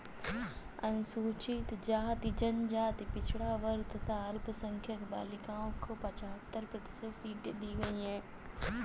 अनुसूचित जाति, जनजाति, पिछड़ा वर्ग तथा अल्पसंख्यक बालिकाओं को पचहत्तर प्रतिशत सीटें दी गईं है